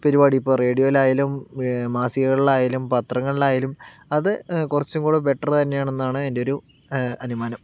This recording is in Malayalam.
പരിപാടി ഇപ്പോൾ റേഡിയോയിൽ ആയാലും മാസികകളിലായാലും പത്രങ്ങളിലായാലും അത് കുറച്ചും കൂടി ബെറ്റർ തന്നെയാണെന്നാണ് എൻ്റെ ഒരു അനുമാനം